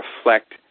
reflect